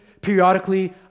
periodically